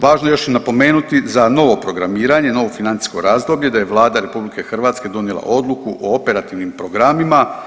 Važno je još napomenuti za novo programiranje, novo financijsko razdoblje da je Vlada RH donijela odluku o operativnim programima.